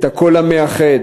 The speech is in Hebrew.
את הקול המאחד.